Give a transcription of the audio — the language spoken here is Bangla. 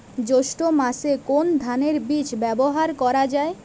জৈষ্ঠ্য মাসে কোন ধানের বীজ ব্যবহার করা যায়?